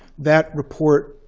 that report